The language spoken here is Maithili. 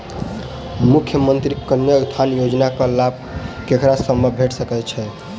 मुख्यमंत्री कन्या उत्थान योजना कऽ लाभ ककरा सभक भेट सकय छई?